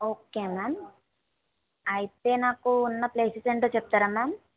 okay ma'am అయితే నాకు ఉన్న ప్లేసెస్ ఏంటో చెప్తారా మ్యామ్